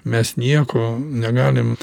mes nieko negalim